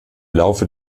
laufe